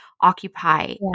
occupy